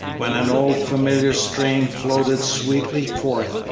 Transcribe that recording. when an old familiar strain floated sweetly forth,